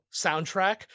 soundtrack